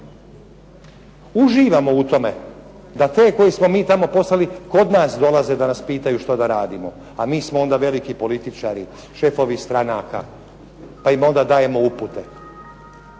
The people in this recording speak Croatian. uživamo u tome da te koje smo mi tamo poslali kod nas dolaze pitati što da radimo, a mi smo onda veliki političari, šefovi stranaka, pa im onda dajemo upute.